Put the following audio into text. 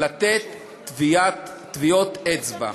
לתת טביעות אצבע.